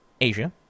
Asia